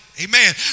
Amen